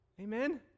Amen